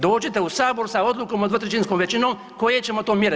Dođite u Sabor sa odlukom o dvotrećinskom većinom koje ćemo to mjere.